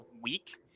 week